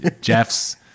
Jeff's